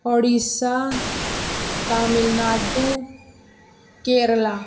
Odisha Tamil Nadu Kerala